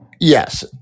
Yes